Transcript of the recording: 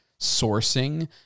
sourcing